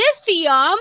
lithium